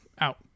Out